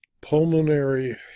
Pulmonary